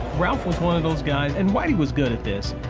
ralph was one of those guys, and whitey was good at this.